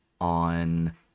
on